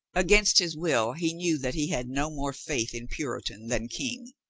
against his will he knew that he had no more faith in puritan than king.